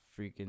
freaking